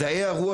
מדעי הרוח,